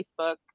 Facebook